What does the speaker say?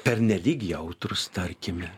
pernelyg jautrūs tarkime